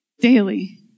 Daily